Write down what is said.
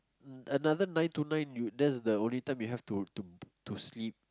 another nine to nine you that's the only time you have to to to sleep